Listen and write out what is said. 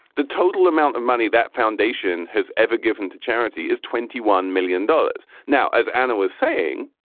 the total amount of money that foundation has ever given to charity is twenty one million dollars. now, as anna was saying,